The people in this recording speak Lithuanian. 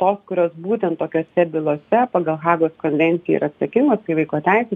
tos kurios būtent tokiose bylose pagal hagos konvenciją yra atsakingos vaiko teisių